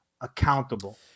accountable